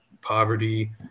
poverty